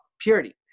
purity